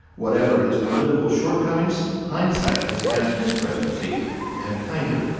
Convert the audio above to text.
whatever his political shortcomings, hindsight has cast his presidency in a kinder,